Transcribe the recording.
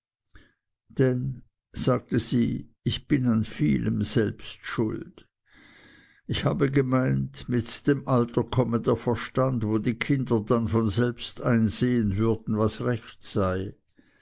denn sagte sie ich bin an allem viel selbst schuld ich habe gemeint mit dem alter komme der verstand wo die kinder dann von selbst einsehen würden was recht sei